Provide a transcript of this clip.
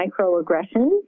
microaggressions